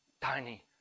tiny